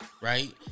Right